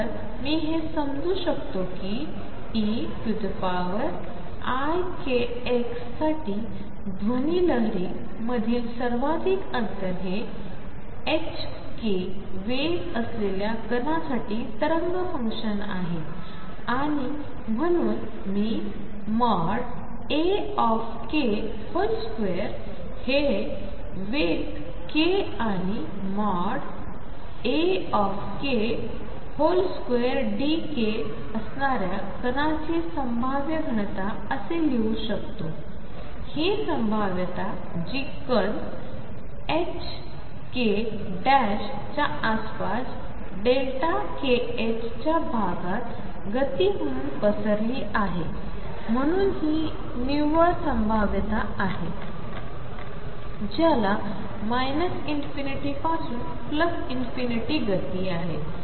तर मी हे समजू शकतो की eikx साठी ध्वनि लहरी मधील सर्वाधिक अंतर हे ℏk वेग असलेल्या कणासाठी तरंग फंक्शन आहे आणि म्हणून मी Ak2 हे मी वेग k आणि ।Ak2Δk असणाऱ्या कणाची संभाव्य घनता असे लिहू शकतो ही संभाव्यता जी कण ℏk च्या आसपास kℏ च्या भागात गती म्हणून पसरली आहे म्हणून हि निव्वळ संभाव्यता आहे ज्याला ∞ पासून ∞ गती आहे